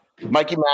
Mikey